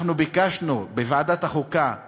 אנחנו ביקשנו בוועדת החוקה להוציא,